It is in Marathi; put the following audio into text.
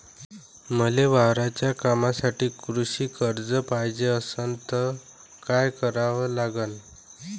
मले वावराच्या कामासाठी कृषी कर्ज पायजे असनं त काय कराव लागन?